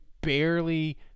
barely